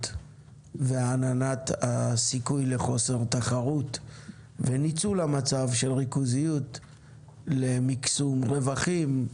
ועננת הסיכוי לחוסר תחרות וניצול המצב של ריכוזיות למקסום רווחים.